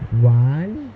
one